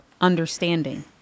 understanding